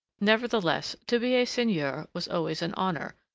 nevertheless, to be a seigneur was always an honour,